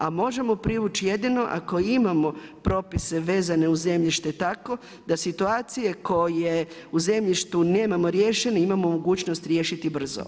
A možemo privući jedino ako imamo propise vezane uz zemljište tako da situacije koje u zemljištu nemamo riješene, imamo mogućnost riješiti brzo.